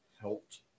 helped